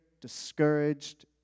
discouraged